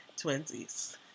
twinsies